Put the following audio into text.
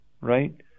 right